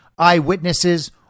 Eyewitnesses